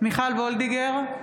מיכל וולדיגר,